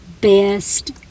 best